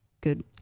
good